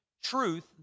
Truth